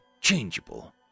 changeable